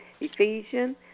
Ephesians